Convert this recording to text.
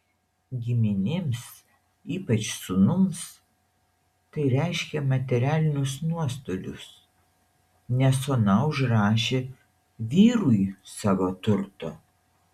giminėms ypač sūnums tai reiškė materialinius nuostolius nes ona užrašė vyrui savo turto